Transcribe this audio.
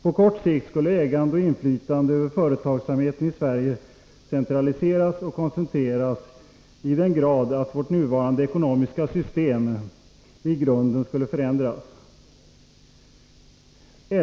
På lång sikt skulle ägande och inflytande över företagsamheten i Sverige centraliseras och koncentreras i den grad att vårt nuvarande ekonomiska system i grunden skulle förändras.